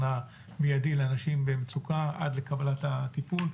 המיידי לאנשים במצוקה עד לקבלת הטיפול.